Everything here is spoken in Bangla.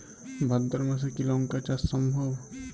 ভাদ্র মাসে কি লঙ্কা চাষ সম্ভব?